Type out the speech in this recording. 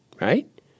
right